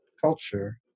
culture